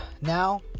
now